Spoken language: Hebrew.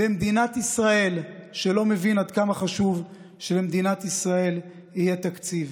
במדינת ישראל שלא מבין עד כמה חשוב שלמדינת ישראל יהיה תקציב.